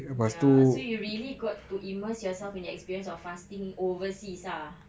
ya so you've really got to immerse yourself in the experience of fasting overseas ah